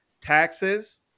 taxes